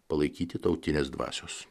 palaikyti tautinės dvasios